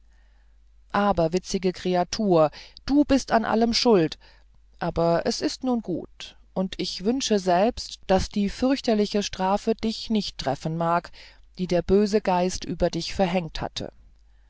aberwitzige kreatur du bist an allem schuld aber es ist nun gut und ich wünsche selbst daß die fürchterliche strafe dich nicht treffen mag die der böse geist über dich verhängt hatte